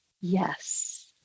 Yes